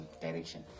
direction